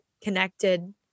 connected